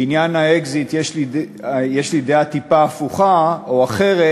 בעניין האקזיט יש לי דעה טיפה הפוכה או אחרת,